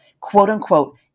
quote-unquote